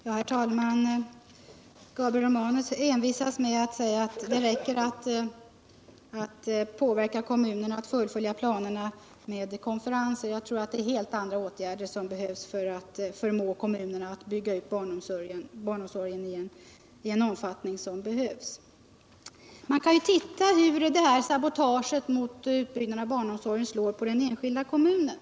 Herr talman! Gabriel Romanus envisas med att säga att det räcker med att påverka kommunerna att fullfölja planerna med hjälp av konferenser. Jag tror det är helt andra åtgärder som behövs för att förmå kommunerna att bygga ut barnomsorgen i den omfattning som behövs. Vi kan se på hur sabotaget mot utbyggnaden av barnomsorgen slår i den enskilda kommunen.